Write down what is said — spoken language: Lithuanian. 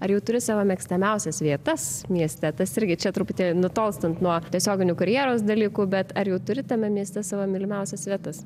ar jau turi savo mėgstamiausias vietas mieste tas irgi čia truputį nutolstant nuo tiesioginių karjeros dalykų bet ar jau turi tame mieste savo mylimiausias vietas